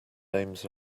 names